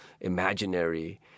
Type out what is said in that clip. imaginary